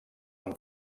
amb